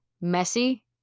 messy